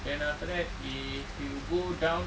then after that if you go down